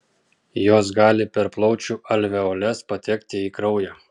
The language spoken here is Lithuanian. jos gali per plaučių alveoles patekti į kraują